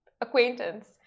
acquaintance